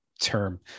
term